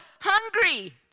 hungry